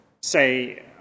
say